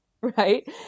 Right